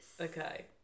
okay